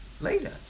later